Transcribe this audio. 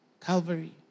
Calvary